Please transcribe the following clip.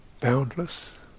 boundless